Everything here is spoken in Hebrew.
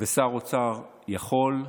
ושר אוצר יכול,